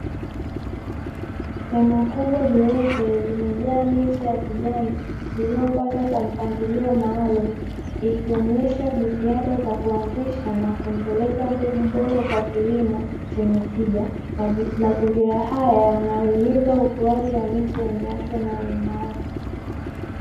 Hema kubwa jeupe limejaa miche ya kijani iliyopandwa kwa mpangilio maalumu, ikionyesha jitihada za kuanzisha na kuendeleza mbegu bora za kilimo chenye tija. Mazingira haya yanahimiza ukuaji wa miche yenye afya na uimara.